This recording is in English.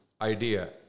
idea